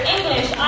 English